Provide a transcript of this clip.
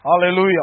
Hallelujah